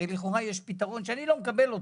הרי לכאורה יש פתרון שאני לא מקבל אותו,